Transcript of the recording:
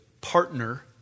partner